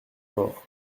morts